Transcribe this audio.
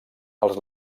els